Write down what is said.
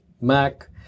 Mac